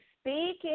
speaking